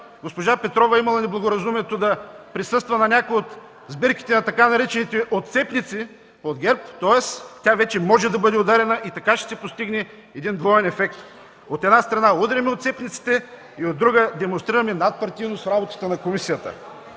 Карнобат, имала е неблагоразумието да присъства на някои от сбирките на така наречените „отцепници“ от ГЕРБ, тоест тя вече може да бъде ударена и така ще се постигне един двоен ефект – от една страна удряме отцепниците, а от друга демонстрираме надпартийност в работата на комисията.